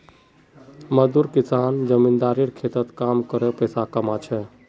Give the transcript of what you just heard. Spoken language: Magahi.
मजदूर किसान जमींदारेर खेतत काम करे पैसा कमा छेक